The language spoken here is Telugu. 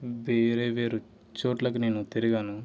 వేరే వేరే చోట్లకు నేను తిరిగాను